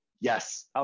yes